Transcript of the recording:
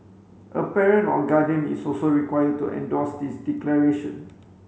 a parent or guardian is also required to endorse this declaration